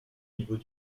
niveau